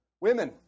Women